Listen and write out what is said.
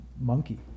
monkey